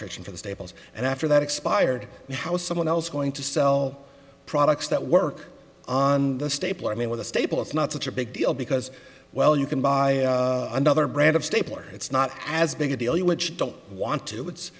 protection for the staples and after that expired how someone else going to sell products that work on the stapler i mean with a staple it's not such a big deal because well you can buy another brand of stapler it's not as big a deal you which don't want to it's